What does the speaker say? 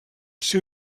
seu